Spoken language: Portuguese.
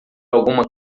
alguma